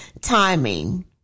timing